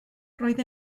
roedd